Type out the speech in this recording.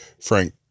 Frank